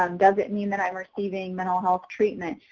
um does it mean that i'm receiving mental health treatment?